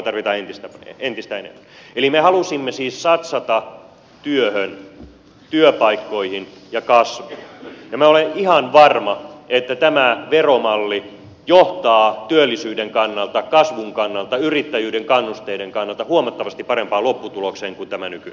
eli me halusimme siis satsata työhön työpaikkoihin ja kasvuun ja minä olen ihan varma että tämä veromalli johtaa työllisyyden kannalta kasvun kannalta yrittäjyyden kannusteiden kannalta huomattavasti parempaan lopputulokseen kuin tämä nykyinen